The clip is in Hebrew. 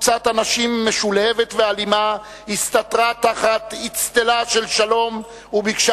קבוצת אנשים משולהבת ואלימה הסתתרה תחת אצטלה של שלום וביקשה